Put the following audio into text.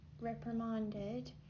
reprimanded